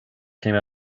came